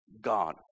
God